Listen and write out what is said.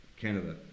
Canada